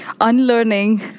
unlearning